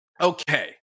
okay